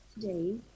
today